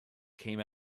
came